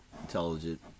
intelligent